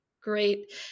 great